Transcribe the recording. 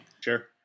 Sure